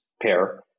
pair